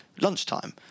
lunchtime